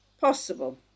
possible